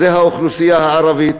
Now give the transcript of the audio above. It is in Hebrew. וזו האוכלוסייה הערבית.